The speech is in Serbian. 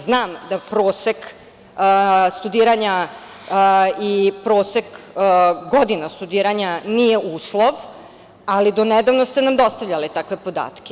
Znam da prosek studiranja i prosek godina studiranja nije uslov, ali do nedavno ste nam dostavljali takve podatke.